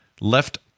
left